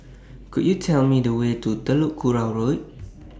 Could YOU Tell Me The Way to Telok Kurau Road